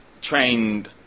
trained